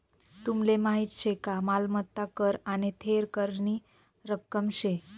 तुमले माहीत शे का मालमत्ता कर आने थेर करनी रक्कम शे